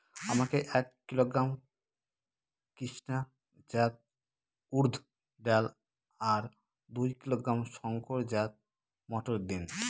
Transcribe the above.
আমাকে এক কিলোগ্রাম কৃষ্ণা জাত উর্দ ডাল আর দু কিলোগ্রাম শঙ্কর জাত মোটর দিন?